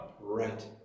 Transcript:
Right